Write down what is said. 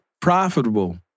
profitable